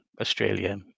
Australia